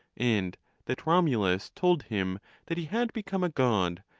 and that romulus told him that he had become a god,